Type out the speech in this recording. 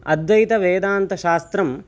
अद्वैतवेदान्तशास्त्रम्